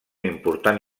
important